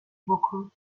بکن